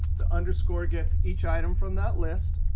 the underscore gets each item from that list.